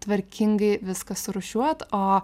tvarkingai viską surūšiuot o